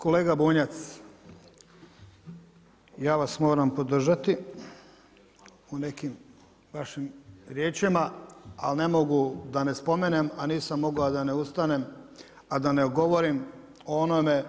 Kolega Bunjac, ja vas moram podržati u nekom vašim riječima ali ne mogu da ne spomenem a nisam mogao da ne ustanem, a da ne govorim o onome